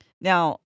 Now